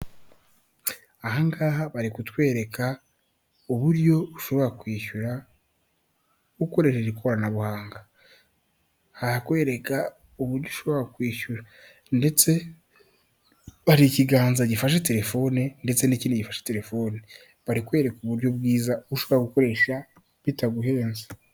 Aha ngaha bari kutwereka uburyo ushobora kwishyura ukoreshe ikoranabuhanga, ahakwereka uburyo ushobora kwishyura, ndetse hari ikiganza gifashe telefone ndetse n'ikindi gifashe telefoni, bari kwereka uburyo bwiza ushabora gukoresha bitaguhenze.